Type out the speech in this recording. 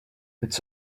its